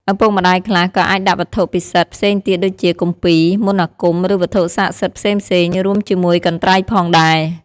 ឪពុកម្តាយខ្លះក៏អាចដាក់វត្ថុពិសិដ្ឋផ្សេងទៀតដូចជា គម្ពីរ មន្តអាគម ឬវត្ថុស័ក្តិសិទ្ធិផ្សេងៗរួមជាមួយកន្ត្រៃផងដែរ។